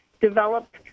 develop